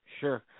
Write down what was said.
sure